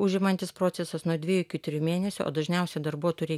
užimantis procesas nuo dviejų iki trijų mėnesių o dažniausiai darbuotojų rei